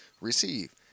receive